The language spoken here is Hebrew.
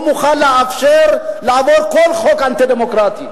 והוא מוכן לאפשר להעביר כל חוק אנטי-דמוקרטי.